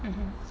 mm mm